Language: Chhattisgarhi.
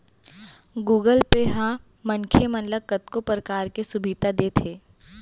गुगल पे ह मनखे मन ल कतको परकार के सुभीता देत हे